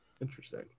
interesting